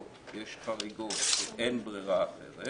חריגות ואין ברירה אחרת